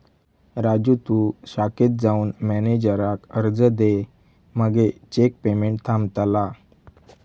राजू तु शाखेत जाऊन मॅनेजराक अर्ज दे मगे चेक पेमेंट थांबतला